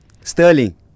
Sterling